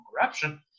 corruption